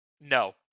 No